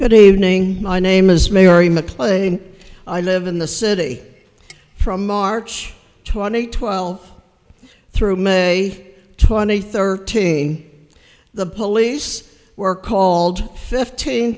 good evening my name is mary mcclain i live in the city from march twenty twelve through may twenty thirty three the police were called fifteen